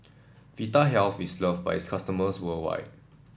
Vitahealth is love by its customers worldwide